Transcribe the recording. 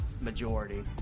majority